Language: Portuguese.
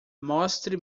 mostre